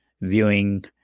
viewing